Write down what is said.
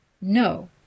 No